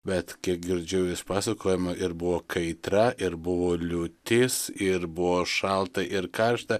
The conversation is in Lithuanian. bet kiek girdžiu vis pasakojama ir buvo kaitra ir buvo liūtis ir buvo šalta ir karšta